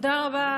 תודה רבה.